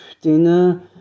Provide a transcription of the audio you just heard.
dinner